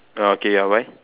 oh okay ya why